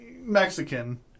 Mexican